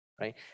right